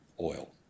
oil